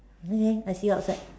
okay I see you outside